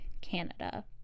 Canada